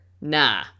Nah